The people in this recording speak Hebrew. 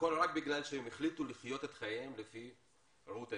הכול רק בגלל שהם החליטו לחיות את חייהם לפי ראות עיניהם.